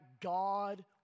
God